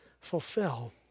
fulfill